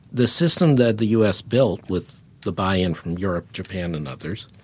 the system that the u s. built with the buy-in from europe, japan and others